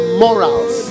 morals